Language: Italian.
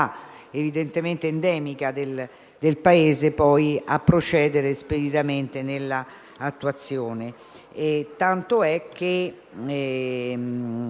evidentemente endemica del Paese, a procedere speditamente nell'attuazione. Tant'è che